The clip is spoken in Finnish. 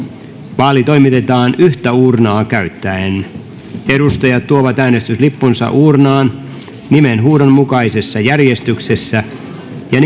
vaali toimitetaan yhtä uurnaa käyttäen edustajat tuovat äänestyslippunsa uurnaan nimenhuudon mukaisessa järjestyksessä ja